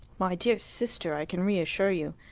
my dear sister, i can reassure you.